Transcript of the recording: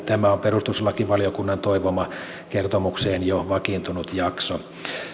tämä on perustuslakivaliokunnan toivoma kertomukseen jo vakiintunut jakso